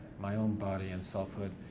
my own body and selfhood.